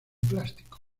plástico